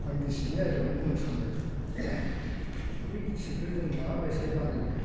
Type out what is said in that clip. आं गिसिबनि आयदायावनो बुंनो सानबाय बि गिसिबखौ जों मा बायसायै बानायो